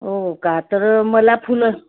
हो का तर मला फुलं